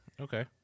Okay